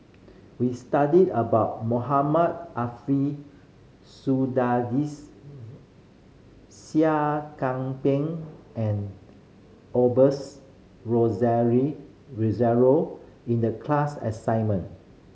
we studied about Mohamed Seah Kian Peng and Rozario in the class assignment